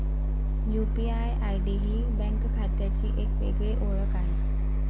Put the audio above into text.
UPI ID ही bank खात्याची एक वेगळी ओळख आहे